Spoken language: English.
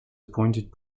appointed